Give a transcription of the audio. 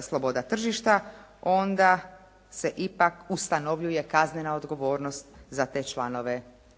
sloboda tržišta onda se ipak ustanovljuje kaznena odgovornost za te članove.